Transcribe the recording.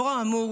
לאור האמור,